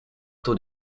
taux